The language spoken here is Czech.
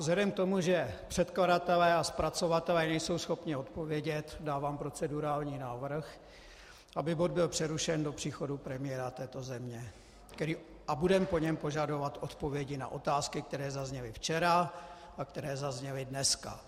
Vzhledem k tomu, že předkladatelé a zpracovatelé nejsou schopni odpovědět, dávám procedurální návrh, aby bod byl přerušen do příchodu premiéra této země, a budeme po něm požadovat odpovědi na otázky, které zazněly včera a které zazněly dneska.